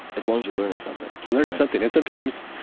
as long as you're learning something. you're learning something. and sometimes,